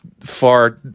far